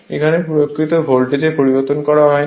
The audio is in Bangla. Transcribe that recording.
এখানে প্রয়োগকৃত ভোল্টেজ পরিবর্তন করা হয় না